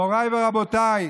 מוריי ורבותיי,